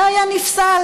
זה היה נפסל